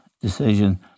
decision